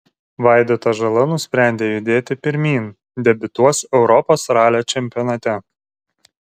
vaidotas žala nusprendė judėti pirmyn debiutuos europos ralio čempionate